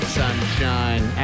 sunshine